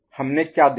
हमने क्या देखा